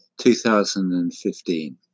2015